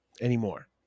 anymore